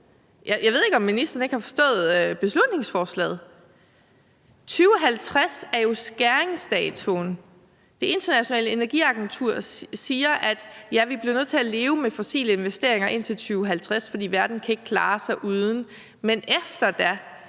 Jeg ved ikke, om ministeren ikke har forstået beslutningsforslaget. 2050 er jo skæringsåret. Det Internationale Energiagentur siger, at, ja, vi bliver nødt til at leve med fossile investeringer indtil 2050, fordi verden ikke kan klare sig uden, men efter det